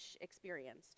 experienced